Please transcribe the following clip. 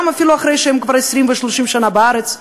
גם אחרי שהם כבר 20 ו-30 שנה בארץ,